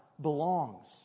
belongs